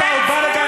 אתה עוד בא לכאן?